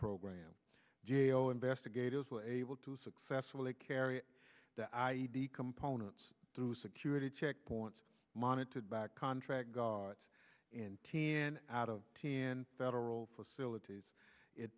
program g a o investigators were able to successfully carry the i e d components through security checkpoints monitored by contract guards in t n out of t n federal facilities it